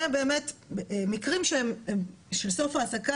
זה באמת מקרים של סוף העסקה,